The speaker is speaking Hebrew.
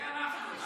זה אנחנו.